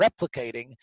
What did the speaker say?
replicating